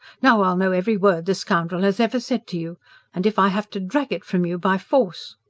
now i'll know every word the scoundrel has ever said to you and if i have to drag it from you by force.